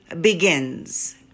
begins